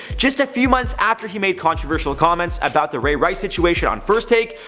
just a few months after he made controversial comments about the ray rice situation on first takes,